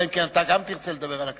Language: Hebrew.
אלא אם כן גם אתה תרצה לדבר על הכדורגל,